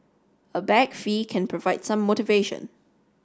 a bag fee can provide some motivation